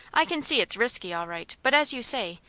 i can see it's risky, all right but as you say,